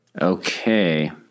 Okay